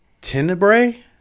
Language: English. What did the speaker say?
Tenebrae